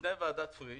לפני ועדת פריש,